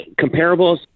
comparables